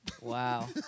Wow